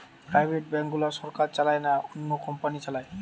private bank গুলা সরকার চালায় না, অন্য কোম্পানি চালায়